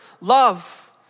love